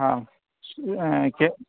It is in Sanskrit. आं के